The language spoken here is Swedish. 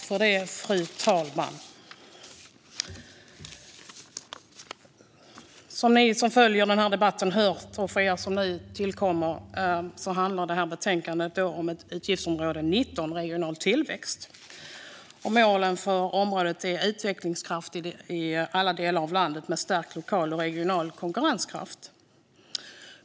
Fru talman! Som ni som följer den här debatten, och flera som nu tillkommer, hör handlar det här betänkandet om utgiftsområde 19 Regional tillväxt. Målen för området är utvecklingskraft i alla delar av landet med stärkt lokal och regional konkurrenskraft.